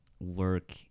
work